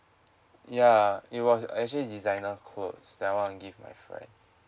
ya it was actually designer cloth that I want give my friend